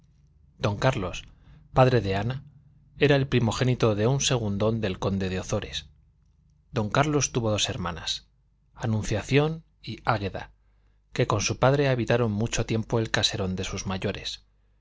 don carlos padre de ana era el primogénito de un segundón del conde de ozores don carlos tuvo dos hermanas anunciación y águeda que con su padre habitaron mucho tiempo el caserón de sus mayores